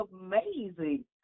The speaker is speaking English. amazing